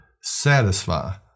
satisfy